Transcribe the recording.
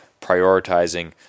prioritizing